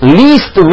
least